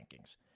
rankings